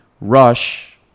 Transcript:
Rush